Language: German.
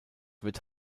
wird